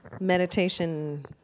meditation